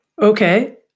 Okay